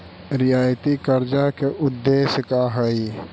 रियायती कर्जा के उदेश्य का हई?